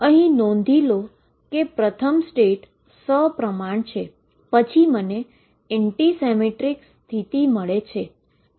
અહી નોંધ લો કે પ્રથમ સ્થિતિ સપ્રમાણ છે પછી મને એન્ટી સીમેટ્રીક સ્થિતિ મળે છે